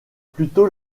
plutôt